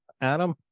Adam